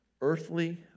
Earthly